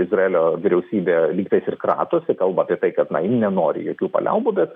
izraelio vyriausybė lygtais ir kratosi kalba apie tai kad ji nenori jokių paliaubų bet